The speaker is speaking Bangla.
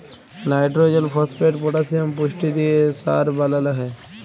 লাইট্রজেল, ফসফেট, পটাসিয়াম পুষ্টি দিঁয়ে সার বালাল হ্যয়